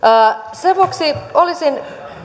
sen vuoksi olisin